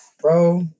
bro